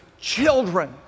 children